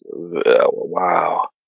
wow